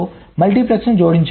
మల్టీప్లెక్సర్ను జోడించాము